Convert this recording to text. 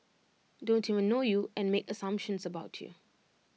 don't even know you and make assumptions about you